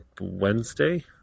Wednesday